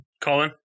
Colin